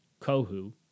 Kohu